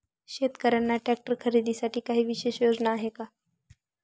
शेतकऱ्यांना ट्रॅक्टर खरीदीसाठी काही विशेष योजना आहे का?